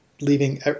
leaving